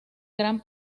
gran